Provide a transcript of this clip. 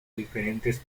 diferentes